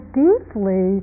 deeply